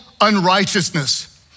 unrighteousness